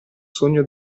sogno